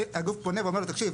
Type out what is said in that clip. הגוף פונה אליו ואומר לו: ״תקשיב,